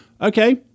Okay